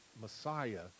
Messiah